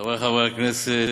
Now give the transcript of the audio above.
תודה, חברי חברי הכנסת,